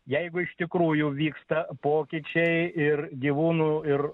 jeigu iš tikrųjų vyksta pokyčiai ir gyvūnų ir